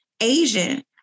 Asian